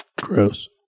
Gross